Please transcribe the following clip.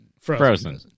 Frozen